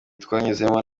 twanyuzemo